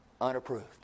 unapproved